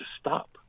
stop